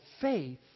faith